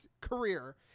career